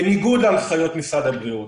בניגוד להנחיות משרד הבריאות.